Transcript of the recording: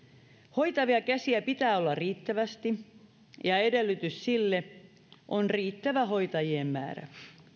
hoitavia käsiä pitää olla riittävästi ja edellytys sille on riittävä hoitajien määrä